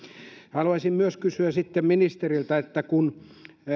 haluaisin kysyä ministeriltä myös tästä kun